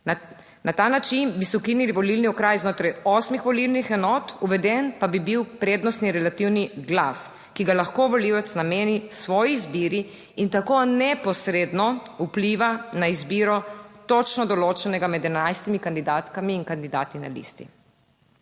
Na ta način bi se ukinili volilni okraj znotraj osmih volilnih enot, uveden pa bi bil prednostni relativni glas, ki ga lahko volivec nameni svoji izbiri in tako neposredno vpliva na izbiro točno določenega med 11 kandidatkami in kandidati na listi.